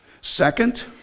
Second